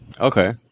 Okay